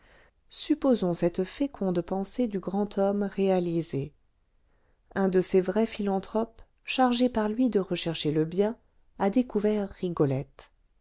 supposons cette féconde pensée du grand homme réalisée un de ces vrais philanthropes chargés par lui de rechercher le bien a découvert rigolette